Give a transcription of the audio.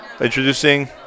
Introducing